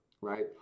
right